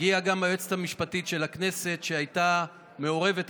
הגיעה גם היועצת המשפטית של הכנסת, שהייתה מעורבת.